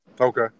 Okay